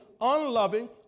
unloving